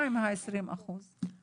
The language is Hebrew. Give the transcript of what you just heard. מה עם ה-20% אחוז?